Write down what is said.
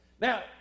Now